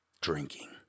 drinking